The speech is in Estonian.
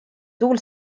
tuul